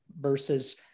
versus